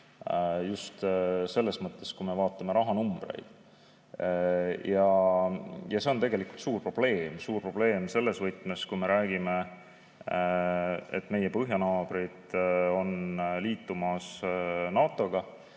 Just selles mõttes, kui me vaatame rahanumbreid, ja see on tegelikult suur probleem – suur probleem selles võtmes, kui me räägime, et meie põhjanaabrid on liitumas NATO‑ga,